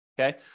okay